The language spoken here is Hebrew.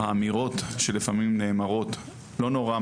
האמירות שלפעמים נאמרות: לא נורא,